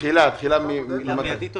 תחילה מיידית.